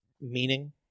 meaning